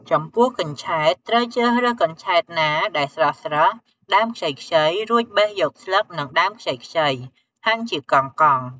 ចំពោះកញ្ឆែតត្រូវជ្រើសរើសកញ្ឆែតណាដែលស្រស់ៗ ដើមខ្ចីៗ រួចបេះយកស្លឹក និងដើមខ្ចីៗ ហាន់ជាកង់ៗ។